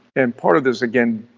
and part of this again,